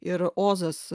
ir ozas